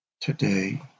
Today